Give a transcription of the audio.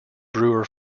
brewer